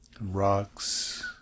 rocks